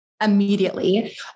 immediately